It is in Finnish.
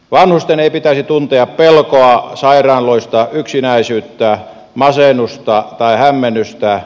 vanhusten ei pitäisi tuntea pelkoa sairaalloista yksinäisyyttä masennusta tai hämmennystä